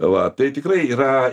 va tai tikrai yra